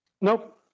nope